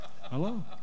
Hello